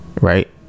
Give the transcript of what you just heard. right